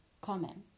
comment